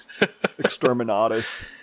exterminatus